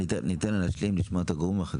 ניתן לה להשלים את הדברים.